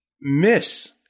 miss